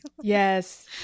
Yes